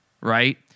right